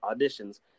auditions